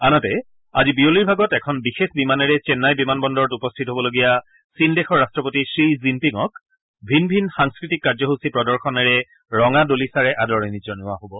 আনহাতে আজি বিয়লিৰ ভাগত এখন বিশেষ বিমানেৰে চেন্নাই বিমান বন্দৰত উপস্থিত হ'বলগীয়া চীন দেশৰ ৰট্টপতি শ্বি জিনপিঙক ভিন ভিন সাংস্কৃতিক কাৰ্যসুচী প্ৰদৰ্শনেৰে ৰঙা দলিচাৰে আদৰণি জনোৱা হ'ব